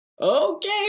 okay